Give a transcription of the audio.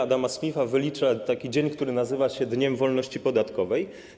Adama Smitha wylicza taki dzień, który nazywa się dniem wolności podatkowej.